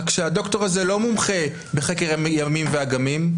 רק שהדוקטור הזה לא מומחה בחקר ימים ואגמים,